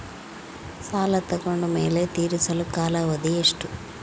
ಸಾಲ ತಗೊಂಡು ಮೇಲೆ ತೇರಿಸಲು ಕಾಲಾವಧಿ ಎಷ್ಟು?